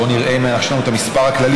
בואו נראה אם יש לנו את המספר הכללי.